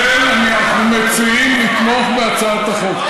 ולכן אנחנו מציעים לתמוך בהצעת החוק.